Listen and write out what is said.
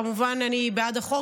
כמובן אני בעד החוק,